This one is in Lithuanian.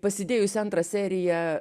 pasidėjusi antrą seriją